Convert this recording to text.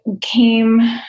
came